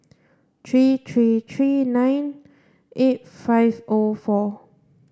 three three three nine eight five O four